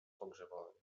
pogrzebowy